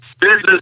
business